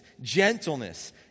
gentleness